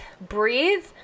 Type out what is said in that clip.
breathe